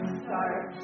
start